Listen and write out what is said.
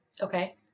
Okay